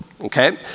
okay